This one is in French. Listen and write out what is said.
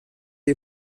est